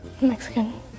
Mexican